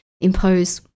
impose